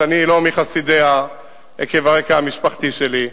שאני לא מחסידיה עקב הרקע המשפחתי שלי,